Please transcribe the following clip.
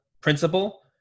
principle